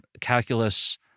calculus